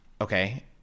Okay